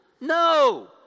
No